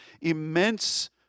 immense